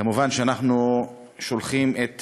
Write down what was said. כמובן, אנחנו שולחים את